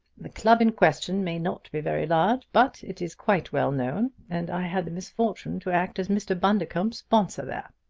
the club in question may not be very large, but it is quite well known, and i had the misfortune to act as mr. bundercombe's sponsor there.